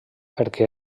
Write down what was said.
perquè